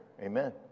amen